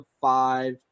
five